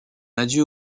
adieu